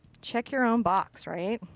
check your own box. right.